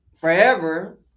forever